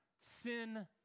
sin